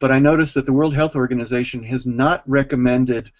but i noticed that the world health organization has not recommended